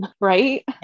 right